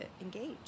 engage